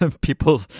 people